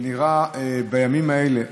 זה נראה בימים האלה,